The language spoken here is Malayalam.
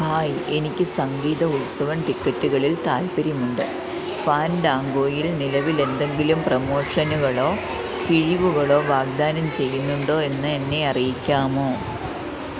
ഹായ് എനിക്ക് സംഗീത ഉത്സവം ടിക്കറ്റുകളിൽ താൽപ്പര്യമുണ്ട് ഫാൻഡാങ്കോയിൽ നിലവിൽ എന്തെങ്കിലും പ്രമോഷനുകളോ കിഴിവുകളോ വാഗ്ദാനം ചെയ്യുന്നുണ്ടോ എന്ന് എന്നെ അറിയിക്കാമോ